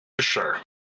sure